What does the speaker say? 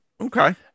Okay